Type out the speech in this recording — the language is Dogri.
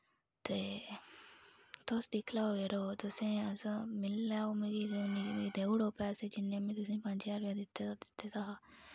ते तुस दिक्खी लैओ जरो तुसें अस मिली लैओ मिगी ते मिगी देऊड़ो पैसे जिन्ने में तुसें पंज हजार रपेआ दित्ते दा हा